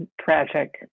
tragic